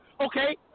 okay